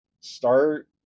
Start